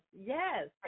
yes